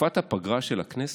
בתקופת הפגרה של הכנסת,